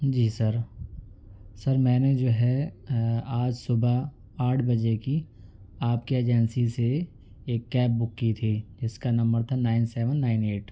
جی sir sir میں نے جو ہے آج صبح آٹھ بجے کی آپ کی ایجنسی سے ایک کیب بک کی تھی جس کا نمبر تھا نائن سیون نائن ایٹ